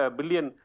billion